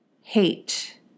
hate